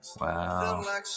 Wow